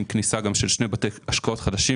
עם כניסת שני בתי השקעות חדשים,